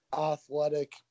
athletic